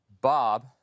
Bob